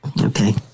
Okay